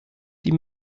die